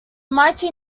mighty